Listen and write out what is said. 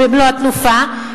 במלוא התנופה,